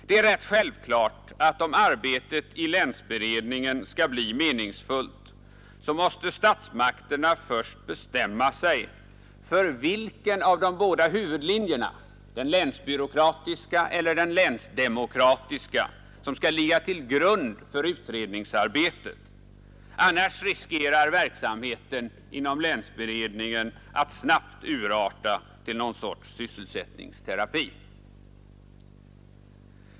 Det är rätt självklart att om arbetet i länsberedningen skall bli meningsfullt måste statsmakterna först bestämma sig för vilken av de båda huvudlinjerna, den länsbyråkratiska eller den länsdemokratiska, som skall ligga till grund för utredningsarbetet, annars riskerar man att verksamheten inom länsberedningen snabbt urartar till någon sorts sysselsättningsterapi.